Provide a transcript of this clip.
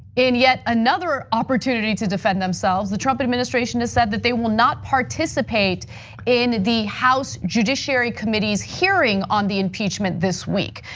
in yet another opportunity to defend themselves, the trump administration has said that they will not participate in the house judiciary committees hearing on the impeachment this week.